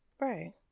Right